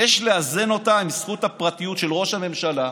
יש לאזן אותה עם זכות הפרטיות של ראש הממשלה,